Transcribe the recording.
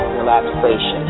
relaxation